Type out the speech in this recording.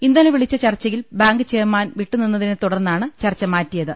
ഇന്നലെ വിളിച്ച ചർച്ചയിൽ ബാങ്ക് ചെയർമാൻ വിട്ടുനിന്നതിനെ തുടർന്നാണ് ചർച്ച മാറ്റിയത്